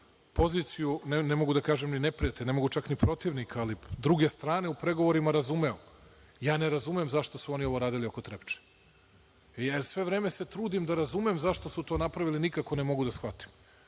poziciju, ne mogu da kažem ni neprijatelj, ne mogu ni čak protivnika, druge strane u pregovorima razumeo. Ja ne razumem zašto su oni ovo uradili oko Trepče. Ja se sve vreme trudim da razumem zašto su to napravili i nikako ne mogu da shvatim.